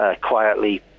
quietly